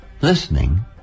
listening